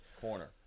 Corner